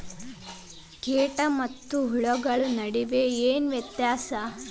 ಕೇಟ ಮತ್ತು ಹುಳುಗಳ ನಡುವೆ ಏನ್ ವ್ಯತ್ಯಾಸ?